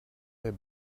der